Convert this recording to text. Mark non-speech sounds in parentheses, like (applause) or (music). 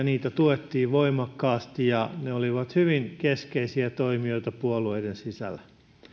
(unintelligible) niitä tuettiin voimakkaasti ja ne olivat hyvin keskeisiä toimijoita puolueiden sisällä